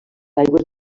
aigües